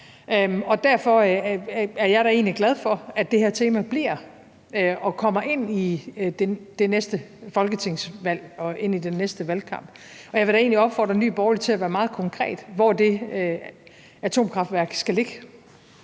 egentlig glad for, at det her tema bliver et emne i det næste folketingsvalg og den næste valgkamp. Og jeg vil da egentlig opfordre Nye Borgerlige til at være meget konkret, med hensyn til hvor det atomkraftværk skal ligge.